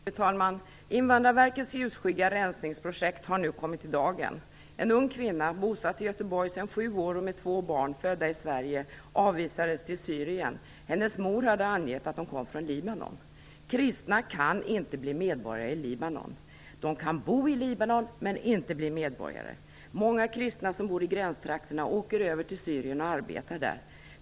Fru talman! Invandrarverkets ljusskygga rensningsprojekt har nu kommit i dagen. En ung kvinna, bosatt i Göteborg sedan sju år och med två barn födda i Sverige, avvisades till Syrien. Hennes mor hade angett att de kom från Libanon. Kristna kan inte bli medborgare i Libanon. De kan bo i Libanon, men inte bli medborgare. Många kristna som bor i gränstrakterna åker över till Syrien och arbetar där.